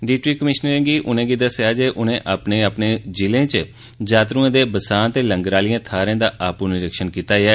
deputy कमीषनरें उनेंगी दस्सेआ जे उनें अपने अपने ज़िले च यात्रुएं दे बसांअ ते लंगर आलिएं थाह्रें दा आपूं निरीक्षण कीता ऐ